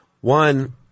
One